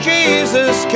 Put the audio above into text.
Jesus